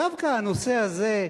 דווקא הנושא הזה,